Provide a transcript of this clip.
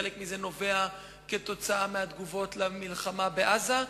חלק מזה נובע מהתגובות על המלחמה בעזה,